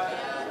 הצעת